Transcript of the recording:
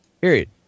period